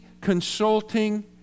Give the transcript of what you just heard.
consulting